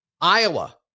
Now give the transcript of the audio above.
Iowa